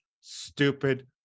stupid